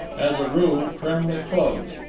as a rule, primly closed.